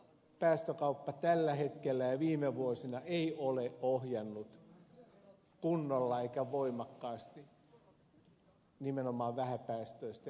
päästökauppa tällä hetkellä ja viime vuosina ei ole ohjannut kunnolla eikä voimakkaasti nimenomaan vähäpäästöisten energialähteiden suuntaan